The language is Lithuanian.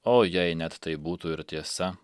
o jei net tai būtų ir tiesa